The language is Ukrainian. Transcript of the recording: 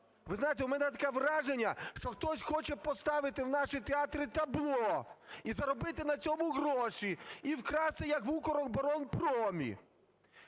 ви знаєте, у мене таке враження, що хтось хоче поставити в наші театри табло і заробити на цьому гроші, і вкрасти, як в "Укроборонпромі".